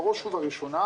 בראש ובראשונה,